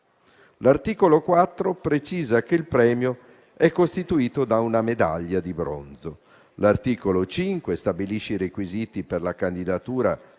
L'articolo 4 precisa che il premio è costituito da una medaglia di bronzo. L'articolo 5 stabilisce i requisiti per la candidatura,